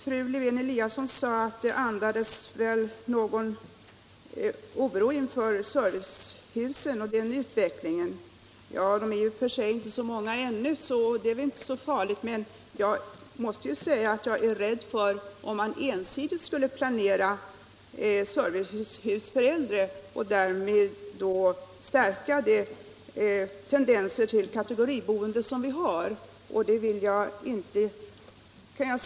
Fru Lewén-Eliasson menade att svaret andades en viss oro för utvecklingen i fråga om byggandet av servicehus. Dessa är i och för sig inte så många ännu, men om man ensidigt skulle planera servicehus för äldre är jag rädd för att de tendenser till kategoriboende som vi har skulle stärkas.